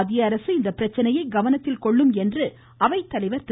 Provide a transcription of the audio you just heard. மத்திய அரசு இந்த பிரச்சினையை கவனத்தில் கொள்ளும் என்று அவைத்தலைவர் திரு